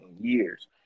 years